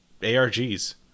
ARGs